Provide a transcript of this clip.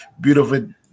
beautiful